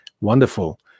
wonderful